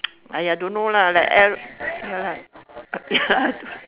!aiya! don't know lah like L ya lah